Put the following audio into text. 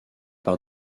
par